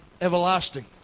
everlasting